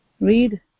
Read